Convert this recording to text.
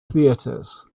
theatres